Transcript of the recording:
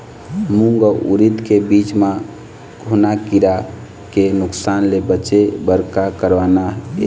मूंग अउ उरीद के बीज म घुना किरा के नुकसान ले बचे बर का करना ये?